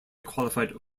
qualified